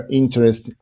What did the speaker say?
interest